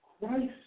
Christ